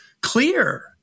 clear